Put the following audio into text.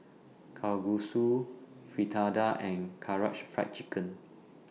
Kalguksu Fritada and Karaage Fried Chicken